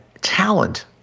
talent